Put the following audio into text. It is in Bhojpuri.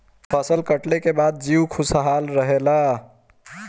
फसल कटले के बाद जीउ खुशहाल रहेला